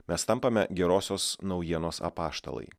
mes tampame gerosios naujienos apaštalai